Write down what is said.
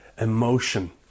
emotion